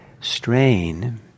strain